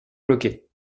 bloquée